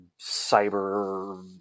cyber